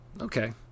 Okay